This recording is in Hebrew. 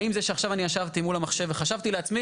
האם זה שעכשיו אני ישבתי מול המחשב וחשבתי לעצמי